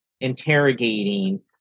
interrogating